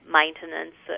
maintenance